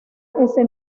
ese